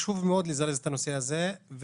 לזרז את הנושא הזה.